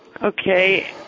Okay